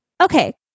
Okay